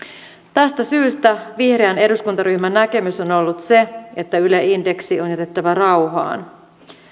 tästä syystä vihreän eduskuntaryhmän näkemys on on ollut se että yle indeksi on on jätettävä rauhaan